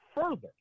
further